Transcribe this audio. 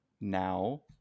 Now